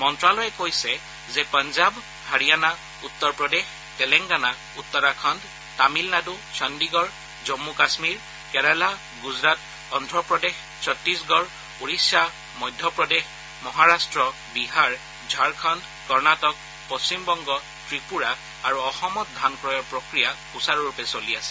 মন্ত্যালয়ে কৈছে যে পঞ্জাৱ হাৰিয়ানা উত্তৰ প্ৰদেশ তেলেংগানা উত্তৰাখণ্ড তামিলনাডু চণ্ডিগড় জম্মু কামীৰ কেৰালা গুজৰাট অন্ধ্ৰপ্ৰদেশ চণ্ডিশগড় ওড়িশা মধ্যপ্ৰদেশ মহাৰাট্ট বিহাৰ ঝাৰখণ্ড কৰ্ণাটক পশ্চিমবংগ ত্ৰিপুৰা আৰু অসমত ধান ক্ৰয়ৰ প্ৰক্ৰিয়া সুচাৰুৰূপে চলি আছে